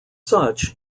such